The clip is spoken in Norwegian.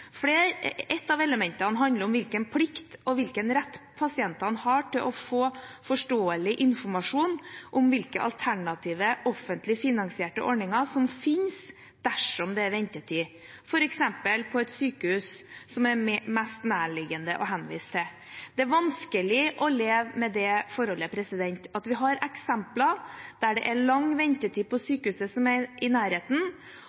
Et av elementene handler om hvilken rett pasientene har til å få forståelig informasjon om hvilke alternative offentlig finansierte ordninger som fins, dersom det er ventetid, f.eks. på et sykehus som det er mest nærliggende å henvise til. Det er vanskelig å leve med det forhold vi har eksempler på, der det er lang ventetid på